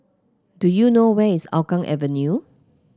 do you know where is Hougang Avenue